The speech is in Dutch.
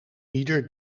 ieder